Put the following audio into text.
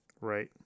Right